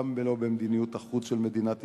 גם לא במדיניות החוץ של מדינת ישראל,